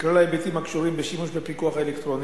כלל ההיבטים הקשורים בשימוש בפיקוח האלקטרוני,